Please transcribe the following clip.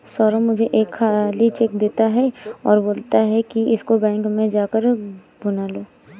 सौरभ मुझे एक खाली चेक देता है और बोलता है कि इसको बैंक में जा कर भुना लो